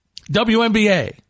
WNBA